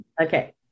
Okay